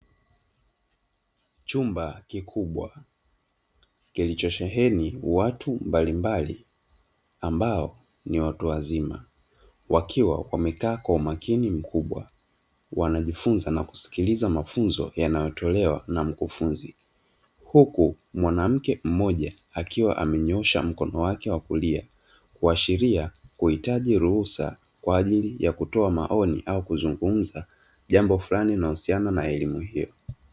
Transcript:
Chumba kikubwa kilicho sheheni watu mbalimbali, ambao ni watu wazima wakiwa wamekaa kwa umakini mkubwa. Wanajifunza na kusikiliza, mafunzo yanayotolewa na mkufunzi. Huku mwanamke mmoja akiwa amenyoosha mkono wake wa kulia, kuashiria kuhitaji ruhusa kwa ajili ya kutoa maoni au kuzungumza jambo fulani, linalohusiana na elimu hiyo.